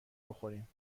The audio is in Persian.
بخوریم